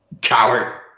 coward